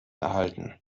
erhalten